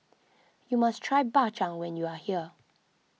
you must try Bak Chang when you are here